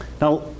Now